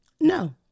No